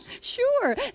Sure